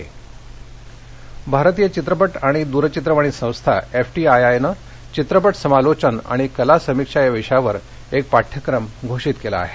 FTI भारतीय चित्रपट आणि टेलीविजन संस्था एफटीआयआयनं चित्रपट समालोचन आणि कला समीक्षा या विषयावर एक पाठ्यक्रम घोषित केला आहे